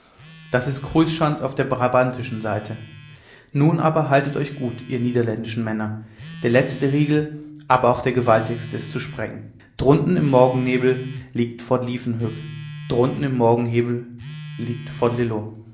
das ist cruysschanz auf der brabantischen seite nun aber haltet euch gut ihr niederländischen männer der letzte riegel aber auch der gewaltigste ist zu sprengen drunten im morgennebel liegt fort liefkenhoek drunten im morgennebel liegt